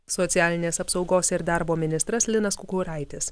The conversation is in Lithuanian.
socialinės apsaugos ir darbo ministras linas kukuraitis